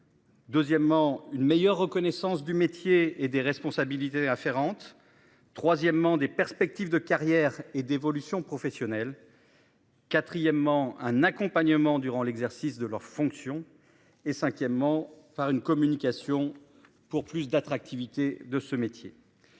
Deuxièmement, une meilleure reconnaissance du métier et des responsabilités afférentes. Troisièmement, des perspectives de carrière et d'évolution professionnelle. Quatrièmement un accompagnement durant l'exercice de leurs fonctions et cinquièmement par une communication pour plus d'attractivité de ce métier.